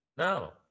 No